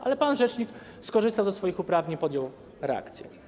Ale pan rzecznik skorzystał ze swoich uprawnień, podjął reakcję.